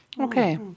Okay